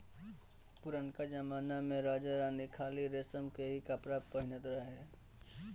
पुरनका जमना में राजा रानी खाली रेशम के ही कपड़ा पहिनत रहे